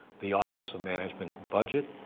the office of management budget,